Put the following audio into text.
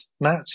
Matt